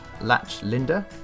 LatchLinda